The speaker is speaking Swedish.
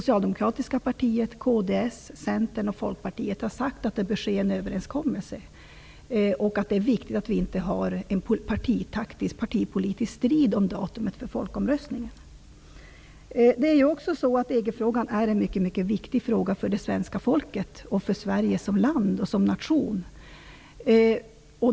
Centern och Folkpartiet har sagt att det bör ske en överenskommelse och att det är viktigt att vi inte har en partipolitisk strid om datumet för folkomröstningen. EG-frågan är ju en mycket mycket viktig fråga för svenska folket och även för Sverige som land, som nation.